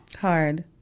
Hard